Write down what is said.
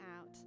out